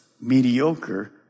mediocre